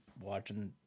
watching